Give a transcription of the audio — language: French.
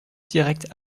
direct